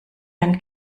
ein